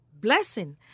blessing